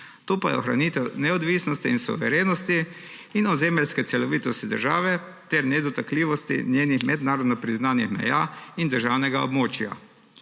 To pa je ohranitev neodvisnosti in suverenosti in ozemeljske celovitosti države ter nedotakljivosti njenih mednarodno priznanih meja in državnega območja.